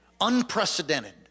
Unprecedented